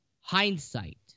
hindsight